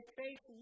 faith